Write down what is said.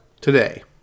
today